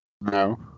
No